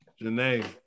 Janae